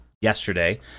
yesterday